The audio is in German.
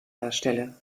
darstelle